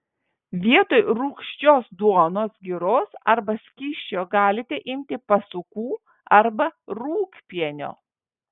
vietoj rūgščios duonos giros arba skysčio galite imti pasukų arba rūgpienio